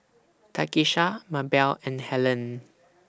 Takisha Mabelle and Helene